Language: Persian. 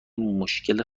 مشکل